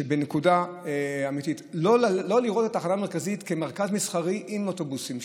בנקודה אמיתית: לא לראות את התחנה המרכזית כמרכז מסחרי עם אוטובוסים,